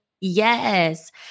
Yes